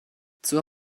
zur